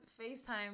facetime